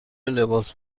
لباس